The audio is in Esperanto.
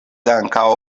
ankaŭ